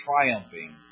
triumphing